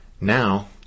Now